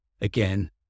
Again